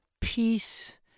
peace